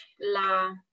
la